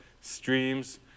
streams